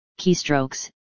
keystrokes